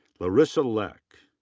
larissa leck.